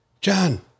John